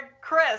Chris